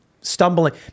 stumbling